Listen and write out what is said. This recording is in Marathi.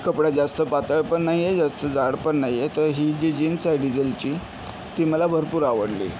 कपडा जास्त पातळ पण नाही आहे जास्त जाड पण नाही आहे तर ही जी जीन्स आहे डिजेलची ती मला भरपूर आवडली